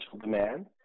demand